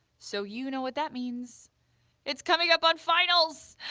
so you know what that means it's coming up on finals!